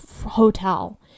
hotel